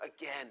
again